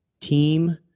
team